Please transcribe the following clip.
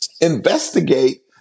investigate